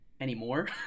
Anymore